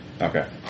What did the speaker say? Okay